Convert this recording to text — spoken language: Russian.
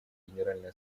генеральной